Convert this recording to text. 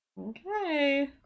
Okay